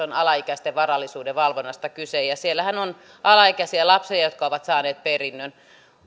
on alaikäisten varallisuuden valvonnasta kyse siellähän on alaikäisiä lapsia jotka ovat saaneet perinnön